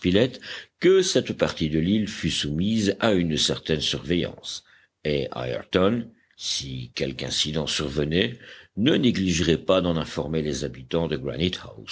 que cette partie de l'île fût soumise à une certaine surveillance et ayrton si quelque incident survenait ne négligerait pas d'en informer les habitants de